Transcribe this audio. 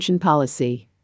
Policy